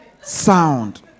sound